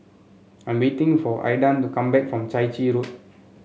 I am waiting for Aidan to come back from Chai Chee Road